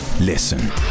Listen